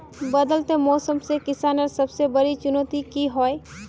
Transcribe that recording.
बदलते मौसम से किसानेर सबसे बड़ी चुनौती की होय?